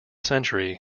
century